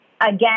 again